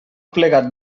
plegat